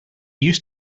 used